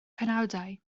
penawdau